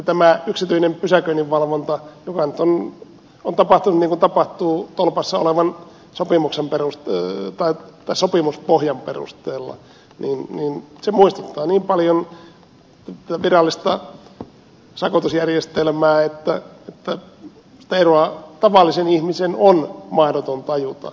tämä yksityinen pysäköinninvalvonta joka nyt tapahtuu niin kuin on tapahtunut tolpassa olevan sopimuspohjan perusteella muistuttaa niin paljon virallista sakotusjärjestelmää että eroa tavallisen ihmisen on mahdoton tajuta